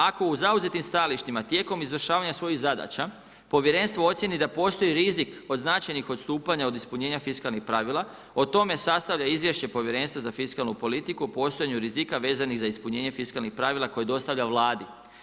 Ako u zauzetim stajalištima tijekom izvršavanja svojih zadaća, povjerenstvo ocijeni da postoji rizik od značajnih odstupanja od ispunjenja fiskalnih pravila, o tome sastavlja izvješće Povjerenstva za fiskalnu politiku o postojanju rizika vezanih za ispunjenje fiskalnih pravila koje dostavlja Vladi.